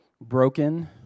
broken